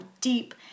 deep